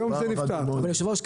היושב-ראש,